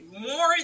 more